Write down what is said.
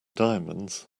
diamonds